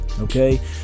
okay